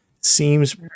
seems